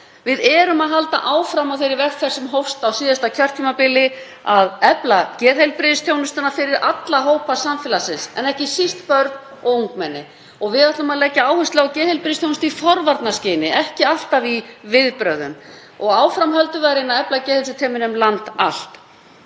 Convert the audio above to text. Við erum að halda áfram á þeirri vegferð sem hófst á síðasta kjörtímabili að efla geðheilbrigðisþjónustuna fyrir alla hópa samfélagsins, ekki síst börn og ungmenni, og við ætlum að leggja áherslu á geðheilbrigðisþjónustu í forvarnaskyni, ekki alltaf í viðbrögðum. Og áfram höldum við að reyna að efla geðheilsuteymin um land allt.